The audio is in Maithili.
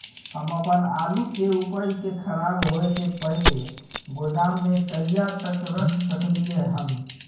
हम अपन आलू के उपज के खराब होय से पहिले गोदाम में कहिया तक रख सकलियै हन?